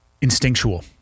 Instinctual